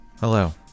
Hello